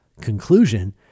conclusion